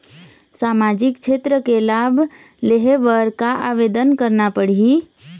सामाजिक क्षेत्र के लाभ लेहे बर का आवेदन करना पड़ही?